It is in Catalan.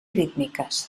rítmiques